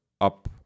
up